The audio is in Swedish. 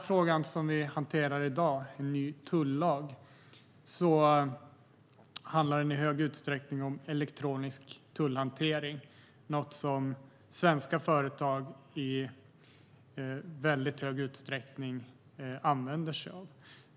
Frågan som vi hanterar i dag, En ny tullag , handlar i stor utsträckning om elektronisk tullhantering, något som svenska företag i väldigt stor utsträckning använder sig av.